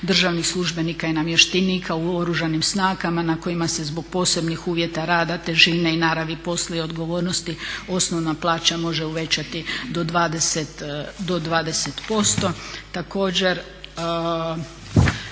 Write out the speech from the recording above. državnih službenika i namještenika u Oružanim snagama na kojima se zbog posebnih uvjeta rada, težine i naravi posla i odgovornosti osnovna plaća može uvećati do 20%.